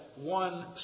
one